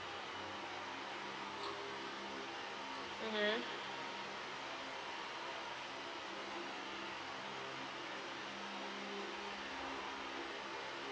mmhmm